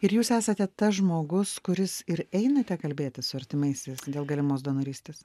ir jūs esate tas žmogus kuris ir einate kalbėtis su artimaisiais dėl galimos donorystės